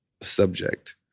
subject